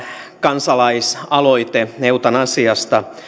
kansalaisaloite eutanasiasta